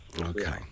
Okay